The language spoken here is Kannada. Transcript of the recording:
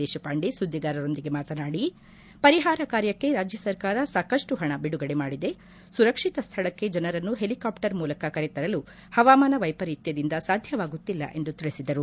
ದೇಶಪಾಂಡೆ ಸುದ್ದಿಗಾರರೊಂದಿಗೆ ಮಾತನಾಡಿ ಪರಿಹಾರ ಕಾರ್ಯಕ್ಕೆ ರಾಜ್ಯ ಸರ್ಕಾರ ಸಾಕಷ್ನು ಪಣ ಬಿಡುಗಡೆ ಮಾಡಿದೆ ಸುರಕ್ಷಿತ ಸ್ಥಳಕ್ಕೆ ಜನರನ್ನು ಹೆಲಿಕಾಪ್ಸರ್ ಮೂಲಕ ಕರೆ ತರಲು ಹವಾಮಾನ ವೈಪರೀತ್ಯದಿಂದ ಸಾಧ್ಯವಾಗುತ್ತಿಲ್ಲ ಎಂದು ತಿಳಿಸಿದರು